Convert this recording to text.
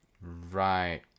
Right